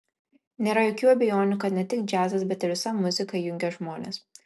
nėra jokių abejonių kad ne tik džiazas bet ir visa muzika jungia žmonės